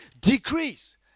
decrease